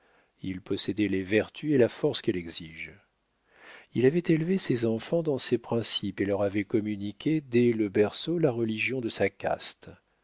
il possédait les vertus et la force qu'elle exige il avait élevé ses enfants dans ses principes et leur avait communiqué dès le berceau la religion de sa caste